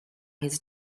his